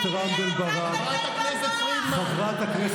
תתבייש לך.